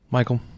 Michael